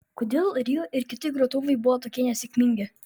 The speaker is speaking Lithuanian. kodėl rio ir kiti grotuvai buvo tokie nesėkmingi